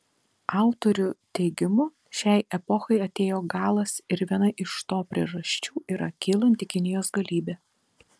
autorių teigimu šiai epochai atėjo galas ir viena iš to priežasčių yra kylanti kinijos galybė